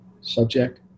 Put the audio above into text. subject